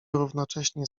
równocześnie